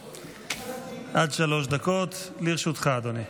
עד שלוש דקות לרשותך, אדוני.